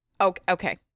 Okay